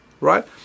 right